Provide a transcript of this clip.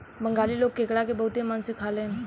बंगाली लोग केकड़ा के बहुते मन से खालेन